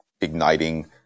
igniting